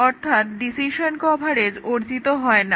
অর্থাৎ decision coverage অর্জিত হয় না